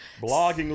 blogging